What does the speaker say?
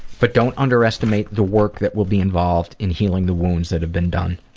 but don't underestimate the work that will be involved in healing the wounds that have been done